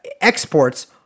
exports